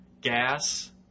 gas